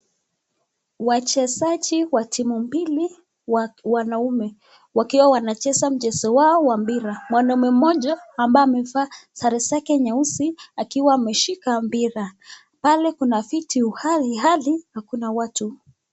Wachezaji wa timu mbili wa wanaume wakiwa wanacheza mchezo wao wa mpira. Mwanaume mmoja ambaye amevaa sare zake nyeusi akiwa ameshika mpira pale kuna vitu hali hali na kuna watu.